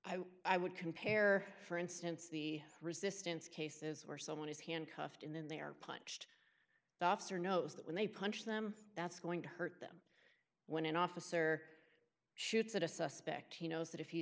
ear i would compare for instance the resistance cases where someone is handcuffed and then they are punched the officer knows that when they punch them that's going to hurt them when an officer shoots at a suspect he knows that if